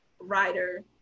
writer